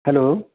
hello